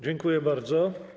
Dziękuję bardzo.